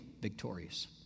victorious